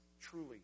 truly